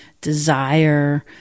desire